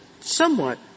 somewhat